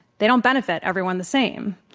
they don't benefit everyone the same.